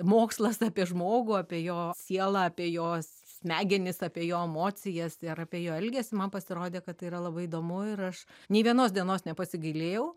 mokslas apie žmogų apie jo sielą apie jo smegenis apie jo emocijas ir apie jo elgesį man pasirodė kad tai yra labai įdomu ir aš nei vienos dienos nepasigailėjau